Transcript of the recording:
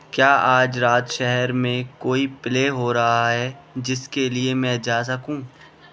کیا آج رات شہر میں کوئی پلے ہو رہا ہے جس کے لیے میں جا سکوں